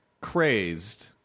crazed